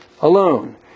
alone